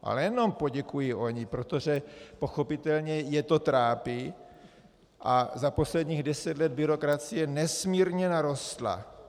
A nejenom poděkují oni, protože pochopitelně je to trápí a za posledních deset let byrokracie nesmírně narostla.